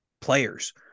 players